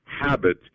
Habit